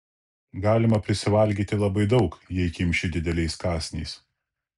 galima prisivalgyti labai daug jei kimši dideliais kąsniais